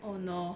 oh no